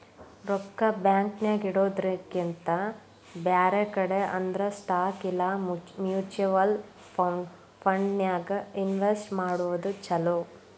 ರೊಕ್ಕಾ ಬ್ಯಾಂಕ್ ನ್ಯಾಗಿಡೊದ್ರಕಿಂತಾ ಬ್ಯಾರೆ ಕಡೆ ಅಂದ್ರ ಸ್ಟಾಕ್ ಇಲಾ ಮ್ಯುಚುವಲ್ ಫಂಡನ್ಯಾಗ್ ಇನ್ವೆಸ್ಟ್ ಮಾಡೊದ್ ಛಲೊ